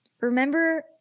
remember